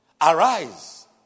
Arise